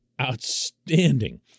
outstanding